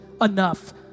enough